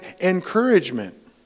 encouragement